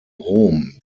rom